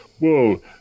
whoa